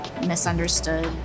misunderstood